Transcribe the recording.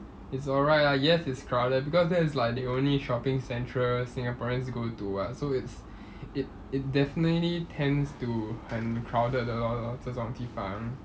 it's alright ah yes it's crowded because that is like the only shopping centre singaporeans go to [what] so it's it it definitely tends to 很 crowded 的 lor 这种地方